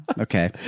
Okay